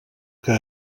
que